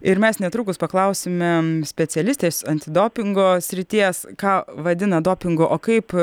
ir mes netrukus paklausime specialistės antidopingo srities ką vadina dopingu o kaip